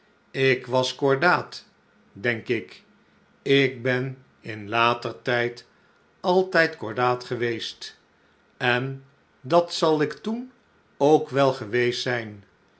ik was cordaat denk ik ik ben in later tijd altijd cordaat geweest en dat zal ik toen ook wel geweest zijn